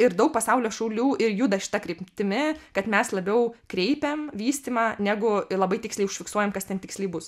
ir daug pasaulio šaulių ir juda šita kryptimi kad mes labiau kreipiam vystymą negu labai tiksliai užfiksuojam kas ten tiksliai bus